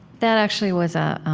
that actually was ah